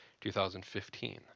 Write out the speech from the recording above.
2015